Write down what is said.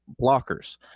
blockers